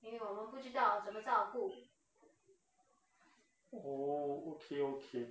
oh okay okay